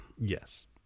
Yes